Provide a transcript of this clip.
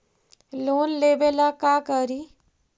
Loan लेबे ला का करि?